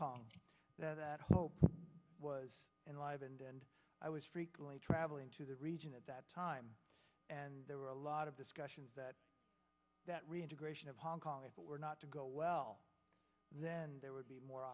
kong that hope was enlivened and i was frequently travelling to the region at that time and there were a lot of discussions that that reintegration of hong kong if it were not to go well then there would be more